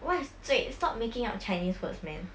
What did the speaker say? what is 最 stop making up chinese words man